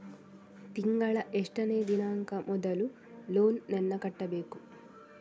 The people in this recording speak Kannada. ತಿಂಗಳ ಎಷ್ಟನೇ ದಿನಾಂಕ ಮೊದಲು ಲೋನ್ ನನ್ನ ಕಟ್ಟಬೇಕು?